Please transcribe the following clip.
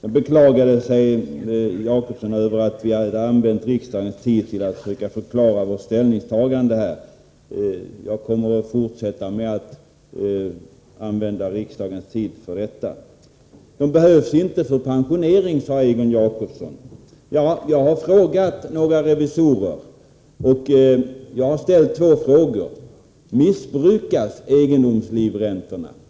Egon Jacobsson beklagade sig över att vi hade använt riksdagens tid till att försöka förklara våra ställningstaganden. Ja, jag kommer att fortsätta att använda riksdagens tid för det. Egon Jacobsson sade att dessa livräntor inte behövs för pensioneringen. Jag har ställt ett par frågor till några revisorer. Den första frågan är: Missbrukas egendomslivräntorna?